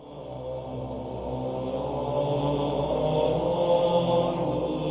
oh?